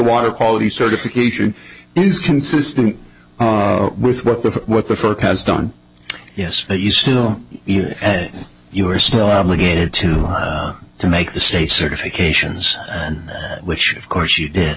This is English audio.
water quality certification is consistent with what the what the fuck has done yes but you still you are still obligated to to make the state certifications which of course you did